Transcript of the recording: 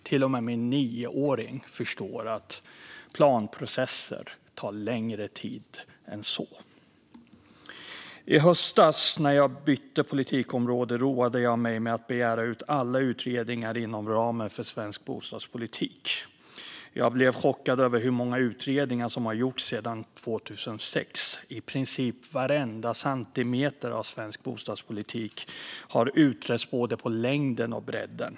Till och med min nioåring förstår att planprocesser tar längre tid än så. I höstas, när jag bytte politikområde, roade jag mig med att begära ut alla utredningar inom ramen för svensk bostadspolitik. Jag blev chockad över hur många utredningar som har gjorts sedan 2006. I princip varenda centimeter av svensk bostadspolitik har utretts både på längden och bredden.